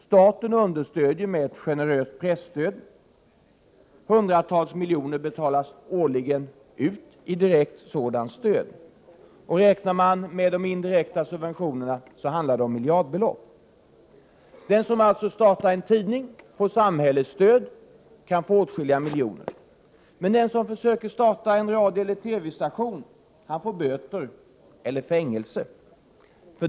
Staten understödjer med ett generöst presstöd; hundratals miljoner betalas årligen ut i direkt sådant stöd. Räknar man med de indirekta subventionerna handlar det om miljardbelopp. Den som alltså startar en tidning får samhällets stöd och kan få åtskilliga miljoner, men den som försöker starta en radioeller TV-station får böter eller fängelse.